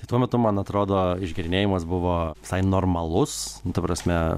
tai tuo metu man atrodo išgėrinėjimas buvo visai normalus ta prasme